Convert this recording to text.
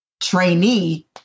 trainee